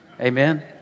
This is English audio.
Amen